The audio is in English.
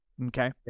Okay